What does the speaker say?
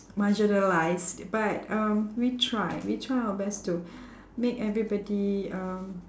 marginalised but um we try we try our best to make everybody um